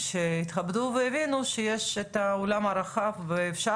שיתכבדו ויבינו שיש את העולם הרחב ואפשר